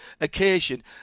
occasion